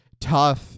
tough